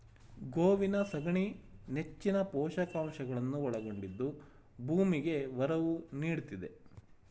ಗೋವಿನ ಸಗಣಿ ನೆಚ್ಚಿನ ಪೋಷಕಾಂಶಗಳನ್ನು ಒಳಗೊಂಡಿದ್ದು ಭೂಮಿಗೆ ಒರವು ನೀಡ್ತಿದೆ